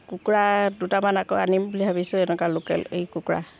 কুকুৰা দুটামান আকৌ আনিম বুলি ভাবিছো এনেকা লোকেল এই কুকুৰা